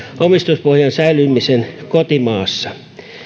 omistuspohjan säilyminen kotimaassa